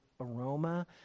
aroma